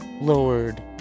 Lowered